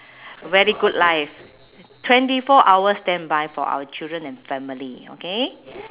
very good life twenty four standby for our children and family okay